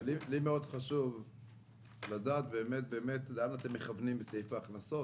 חשוב לי מאוד לדעת לאן אתם מכוונים בסעיף ההכנסות.